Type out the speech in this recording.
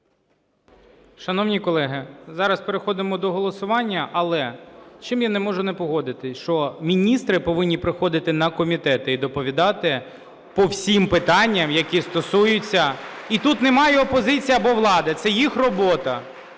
Шановні колеги, зараз переходимо до голосування. Але з чим я не можу не погодитись, що міністри повинні приходити на комітети і доповідати по всім питанням, які стосуються… І тут немає опозиції або влади – це їх робота.